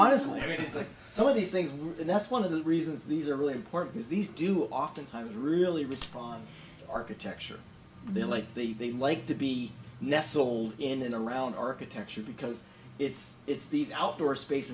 honestly i mean i think some of these things were and that's one of the reasons these are really important because these do oftentimes really respond architecture they like the they like to be nestled in and around architecture because it's it's these outdoor space